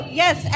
yes